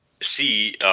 see –